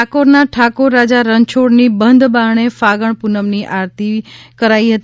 ડાકોરના ઠાકોર રાજા રણછોડની બંધ બારણે ફાગણી પૂનમની આરતી બંધબારણે કરાઈ હતી